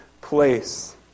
place